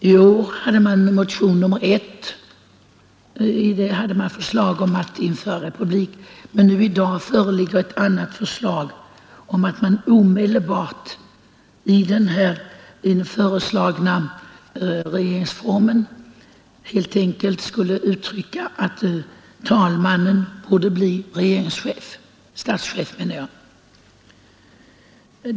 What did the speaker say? I år hade man i en motion, nr 1, ett förslag om införande av republik, men i dag föreligger ett annat förslag om att det skulle skrivas in i regeringsformen helt enkelt att talmannen borde bli statschef.